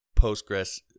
Postgres